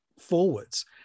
forwards